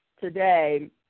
today